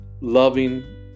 loving